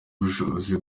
ubushobozi